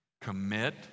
Commit